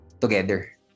together